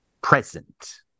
present